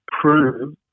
prove